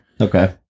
okay